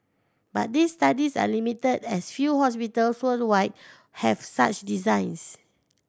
but these studies are limited as few hospital for worldwide have such designs